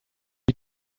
die